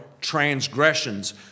transgressions